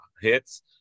hits